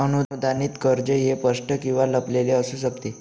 अनुदानित कर्ज हे स्पष्ट किंवा लपलेले असू शकते